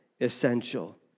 essential